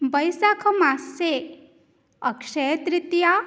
वैसाखमासे Akshaya Tritiya